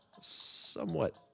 somewhat